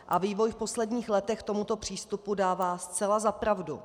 A vývoj v posledních letech tomuto přístupu dává zcela za pravdu.